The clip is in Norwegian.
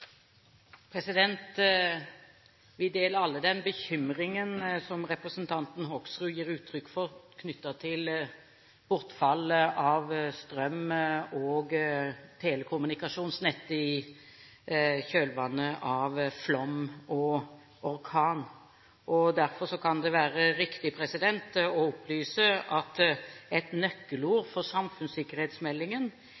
Vi deler alle den bekymringen som representanten Hoksrud gir uttrykk for knyttet til bortfall av strøm- og telekommunikasjonsnett i kjølvannet av flom og orkan. Derfor kan det være riktig å opplyse at et nøkkelord